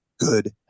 good